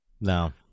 No